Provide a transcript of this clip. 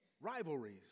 rivalries